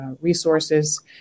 resources